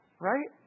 right